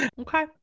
Okay